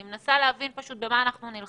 אני פשוט מנסה להבין במה אנחנו נלחמים.